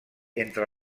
entre